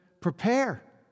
prepare